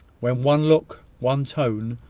when one look, one tone,